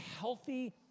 healthy